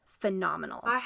phenomenal